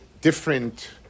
different